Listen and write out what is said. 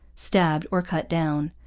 stabbed, or cut down.